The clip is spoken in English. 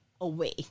away